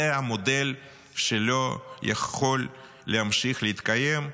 זה מודל שלא יכול להמשיך להתקיים,